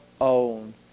own